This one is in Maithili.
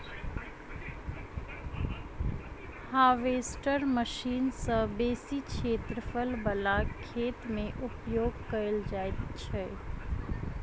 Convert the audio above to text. हार्वेस्टर मशीन सॅ बेसी क्षेत्रफल बला खेत मे उपयोग कयल जाइत छै